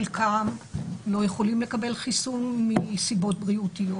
חלקם לא יכולים לקבל חיסון מסיבות בריאותיות.